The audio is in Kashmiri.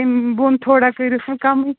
اَمہِ بۅن تھوڑا کٔرۍہوٗس وۅنۍ کَمٕے